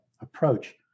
approach